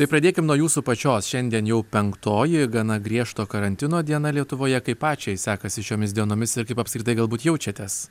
tai pradėkim nuo jūsų pačios šiandien jau penktoji gana griežto karantino diena lietuvoje kaip pačiai sekasi šiomis dienomis ir kaip apskritai galbūt jaučiatės